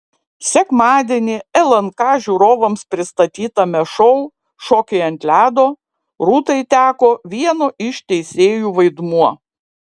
sekmadienį lnk žiūrovams pristatytame šou šokiai ant ledo rūtai teko vieno iš teisėjų vaidmuo